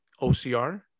OCR